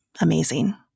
Amazing